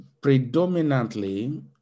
predominantly